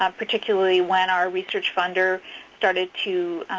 um particularly when our research funder started to,